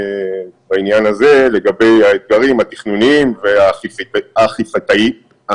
בעניין הזה לגבי האתגרים התכנוניים ואכיפתיים.